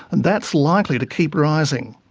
and that's likely to keep rising.